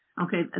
Okay